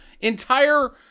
entire